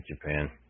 Japan